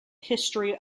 history